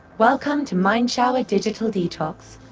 welcome to mindshower digital detox.